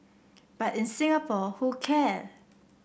but in Singapore who care